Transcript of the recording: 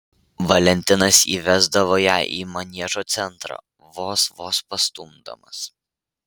valentinas įvesdavo ją į maniežo centrą vos vos pastumdamas